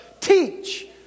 teach